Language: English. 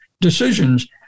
Decisions